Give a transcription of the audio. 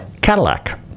Cadillac